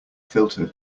filter